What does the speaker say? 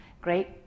Great